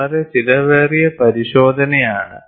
വളരെ ചെലവേറിയ പരിശോധന ആണ്